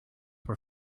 were